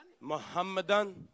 Muhammadan